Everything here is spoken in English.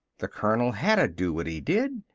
the colonel hadda do what he did.